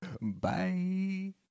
Bye